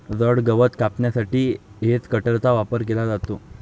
जड गवत कापण्यासाठी हेजकटरचा वापर केला जातो